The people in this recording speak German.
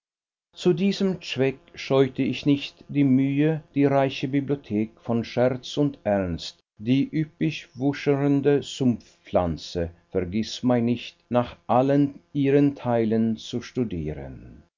zu diesem zweck scheute ich nicht die mühe die reiche bibliothek von scherz und ernst die üppig wuchernde sumpfpflanze vergißmeinnicht nach allen ihren teilen zu studieren